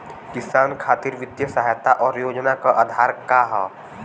किसानन खातिर वित्तीय सहायता और योजना क आधार का ह?